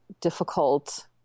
difficult